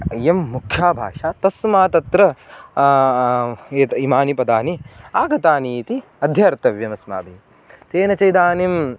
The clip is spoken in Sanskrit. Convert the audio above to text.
इयं मुख्या भाषा तस्मात् अत्र एत् इमानि पदानि आगतानि इति अध्येतव्यम् अस्माभिः तेन च इदानीम्